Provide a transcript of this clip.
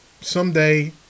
someday